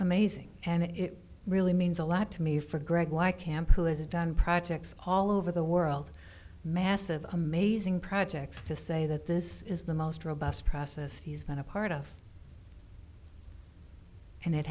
amazing and it really means a lot to me for greg why camp who has done projects all over the world massive amazing projects to say that this is the most robust process he has been a part of